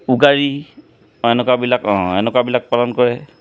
উগাৰি অঁ এনেকুৱাবিলাক এনেকুৱাবিলাক পালন কৰে